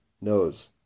knows